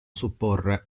supporre